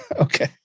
Okay